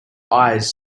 eyes